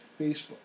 Facebook